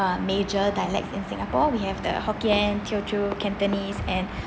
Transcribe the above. uh major dialects in singapore we have the hokkien teochew cantonese and